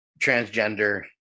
transgender